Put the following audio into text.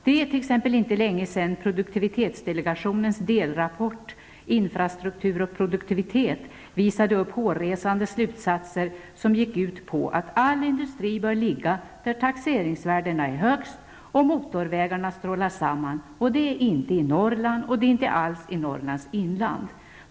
Det är t.ex. inte länge sedan produktivitetsdelegationens delrapport ''Infrastruktur och produktivitet'' visade upp hårresande slutsatser, som gick ut på att all industri bör ligga där taxeringsvärdena är högst och motorvägarna strålar samman. Det är inte i Norrland och inte alls i Norrlands inland.